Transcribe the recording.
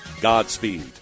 Godspeed